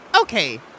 okay